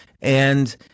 And-